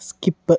skip